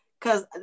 Cause